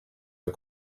are